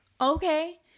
okay